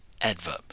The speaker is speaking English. adverb